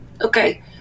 Okay